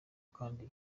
kandi